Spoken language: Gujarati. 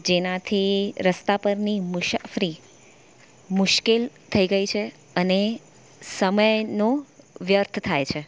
જેનાથી રસ્તા પરની મુસાફરી મુશ્કેલ થઈ ગઈ છે અને સમયનું વ્યર્થ થાય છે